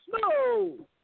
No